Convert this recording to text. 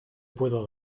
puedo